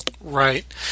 Right